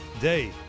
Day